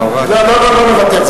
זה, אני לא אוותר, לא נוותר.